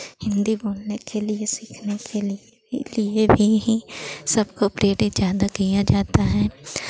हिन्दी बोलने के लिए सीखने के लिए ही लिए भी ही सबको प्रेरित ज़्यादा किया जाता है